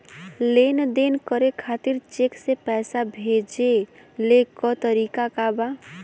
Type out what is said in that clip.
लेन देन करे खातिर चेंक से पैसा भेजेले क तरीकाका बा?